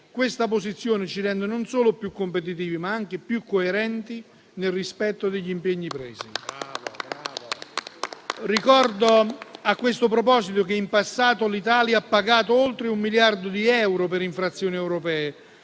Questa posizione ci rende non solo più competitivi, ma anche più coerenti nel rispetto degli impegni presi. Ricordo, a questo proposito, che in passato l'Italia ha pagato oltre 1 miliardo di euro per infrazioni europee.